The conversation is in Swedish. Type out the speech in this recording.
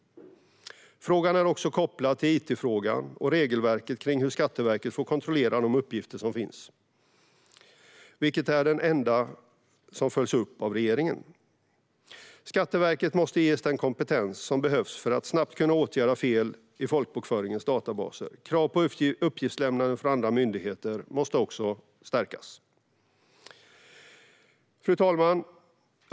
Frågan är också kopplad till it-frågan och regelverket kring hur Skatteverket får kontrollera de uppgifter som finns, vilket är den enda som följs upp av regeringen. Skatteverket måste ges den kompetens som behövs för att snabbt kunna åtgärda fel i folkbokföringens databaser. Krav på uppgiftslämnande från andra myndigheter måste också stärkas. Fru talman!